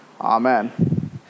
Amen